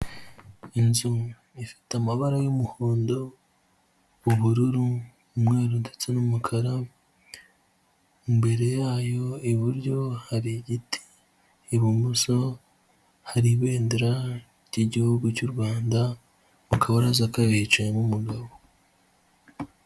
Inzu ifite amabara y'umuhondo, ubururu umwetu ndetse n'umukara, imbere yayo iburyo hari igiti, ibumoso hari ibendera ry'igihugu cy'u Rwanda mu kabaraza yicayemo umugabo.